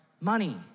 money